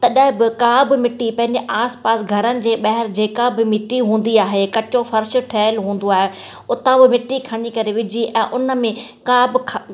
तॾहिं बि का बि मिटी पंहिंजा आसपासि घरनि जे ॿाहिरि जेका बि मिटी हूंदी आहे कचो फ़र्शु ठहुयलु हूंदो आहे उतां उहो मिटी खणी करे विझी ऐं उन में का बि